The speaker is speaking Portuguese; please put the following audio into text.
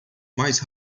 mais